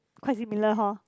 quite similar hor